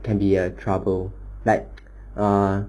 can be a trouble like uh